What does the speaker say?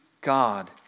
God